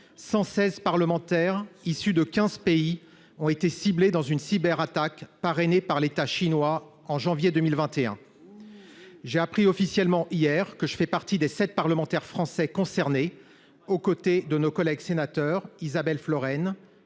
116 parlementaires issus de 15 pays ont été ciblés par une cyberattaque parrainée par l’État chinois. J’ai appris officiellement hier que je faisais partie des 7 parlementaires français concernés, aux côtés de nos collègues sénateurs Isabelle Florennes